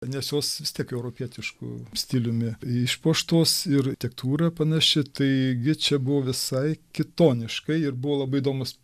nes jos vis tiek europietišku stiliumi išpuoštos ir tektūra panaši tai ji čia buvo visai kitoniška ir buvo labai įdomus